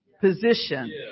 position